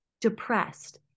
Depressed